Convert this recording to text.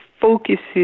focuses